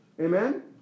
Amen